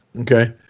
Okay